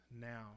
now